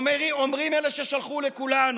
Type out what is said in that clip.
אומרים אלה ששלחו לכולנו: